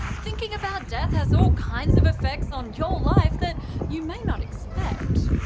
thinking about death has all kinds of effects on your life that you might not expect.